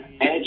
Edge